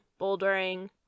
bouldering